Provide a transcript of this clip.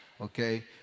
Okay